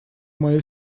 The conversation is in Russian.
мое